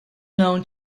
known